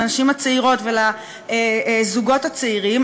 לנשים הצעירות ולזוגות הצעירים,